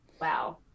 Wow